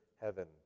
heaven